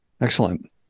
Excellent